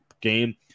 game